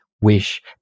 wish